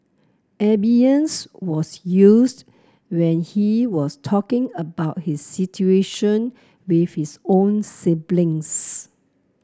abeyance was used when he was talking about his situation with his own siblings